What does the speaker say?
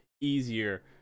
easier